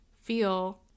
feel